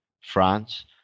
France